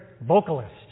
vocalist